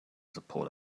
support